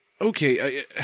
okay